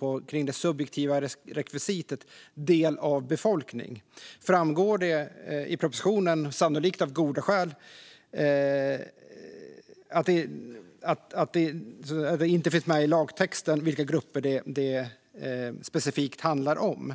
om det subjektiva rekvisitet "del av en befolkning", som Petter Löberg var inne på, framgår det, sannolikt av goda skäl, inte i lagtexten vilka grupper det specifikt handlar om.